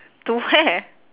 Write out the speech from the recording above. to where